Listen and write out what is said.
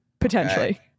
Potentially